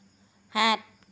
সাত